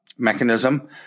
mechanism